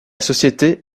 société